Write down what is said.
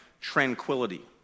tranquility